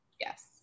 Yes